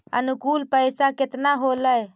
अनुकुल पैसा केतना होलय